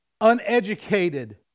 uneducated